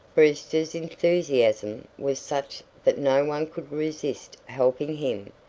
brewster's enthusiasm was such that no one could resist helping him,